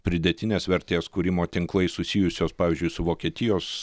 pridėtinės vertės kūrimo tinklais susijusios pavyzdžiui su vokietijos